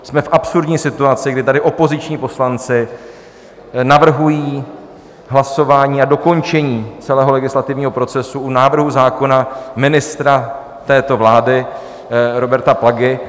Jsme v absurdní situaci, kdy tady opoziční poslanci navrhují hlasování a dokončení celého legislativního procesu u návrhu zákona ministra této vlády Roberta Plagy.